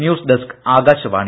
news desk Akashvani